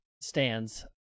stands